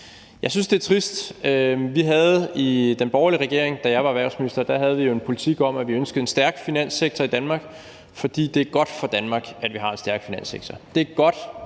Jeg synes, det er trist. Vi havde jo i den borgerlige regering, da jeg var erhvervsminister, en politik om, at vi ønskede en stærk finanssektor her i Danmark, fordi det er godt for Danmark, at vi har en stærk finanssektor. Det er godt,